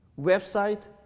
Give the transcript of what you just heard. website